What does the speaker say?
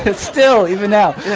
and still, even now.